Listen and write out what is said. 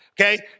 Okay